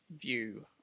view